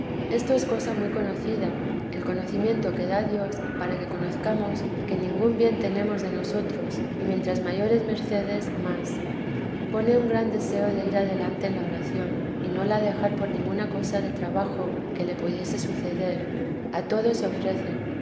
esto es cosa muy conocida el conocimiento que da dios para que conozcamos que ningún bien tenemos de nosotros y mientras mayores mercedes más pone un gran deseo de ir adelante en la oración y no la dejar por ninguna cosa de trabajo que le pudiese suceder a todo se ofrece